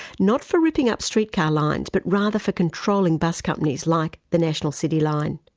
not for ripping up streetcar lines, but rather for controlling bus companies like the national city line.